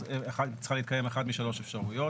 אז צריכות להתקיים אחת משלוש אפשרויות: